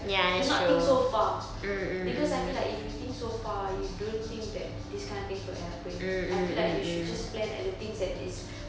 do not think so far because I feel like if you think so far you don't think that these kind of things will happen I feel like you should just plan at the things that is